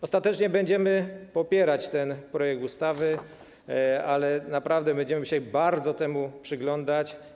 Ostatecznie będziemy popierać ten projekt ustawy, ale naprawdę będziemy musieli się bardzo temu przyglądać.